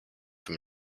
from